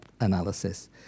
analysis